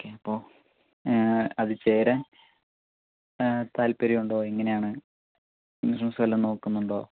okay അപ്പോൾ അത് ചേരാൻ താൽപര്യമുണ്ടോ എങ്ങനെയാണ് ഇൻഷൂറൻസ് വല്ലതും നോക്കുന്നുണ്ടോ